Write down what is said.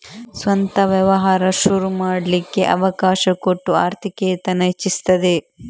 ಸ್ವಂತ ವ್ಯವಹಾರ ಶುರು ಮಾಡ್ಲಿಕ್ಕೆ ಅವಕಾಶ ಕೊಟ್ಟು ಆರ್ಥಿಕತೇನ ಹೆಚ್ಚಿಸ್ತದೆ